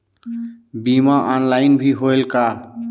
बीमा ऑनलाइन भी होयल का?